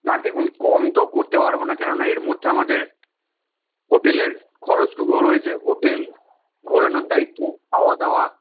না দেখুন কম তো করতে পারবো না কেন না এর মধ্যে আমাদের হোটেলের খরচটুকুও রয়েছে হোটেল ঘোরানোর দায়িত্ব খাওয়া দাওয়া